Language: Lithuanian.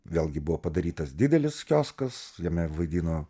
vėlgi buvo padarytas didelis kioskas jame vaidino